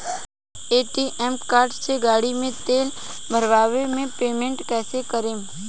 ATM card से गाड़ी मे तेल भरवा के पेमेंट कैसे करेम?